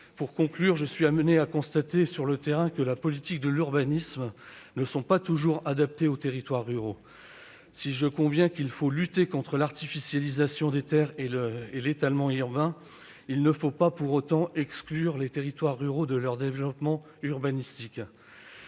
Pour conclure, je suis amené à constater sur le terrain que les politiques d'urbanisme ne sont pas toujours adaptées aux territoires ruraux. Si je conviens qu'il faut lutter contre l'artificialisation des terres et l'étalement urbain, il ne faut pas pour autant exclure les territoires ruraux de leur développement urbanistique.